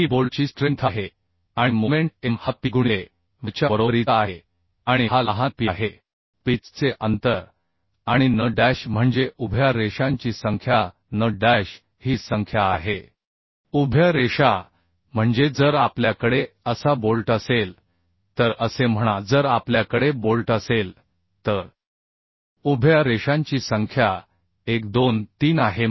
ही बोल्टची स्ट्रेंथ आहे आणि मोमेंट M हा Pगुणिले Vच्या बरोबरीचा आहे आणि हा लहान p आहे पिच चे अंतर आणि n डॅश म्हणजे उभ्या रेषांची संख्या n डॅश ही संख्या आहे उभ्या रेषा म्हणजे जर आपल्याकडे असा बोल्ट असेल तर असे म्हणा जर आपल्याकडे बोल्ट असेल तर उभ्या रेषांची संख्या 1 2 3 आहे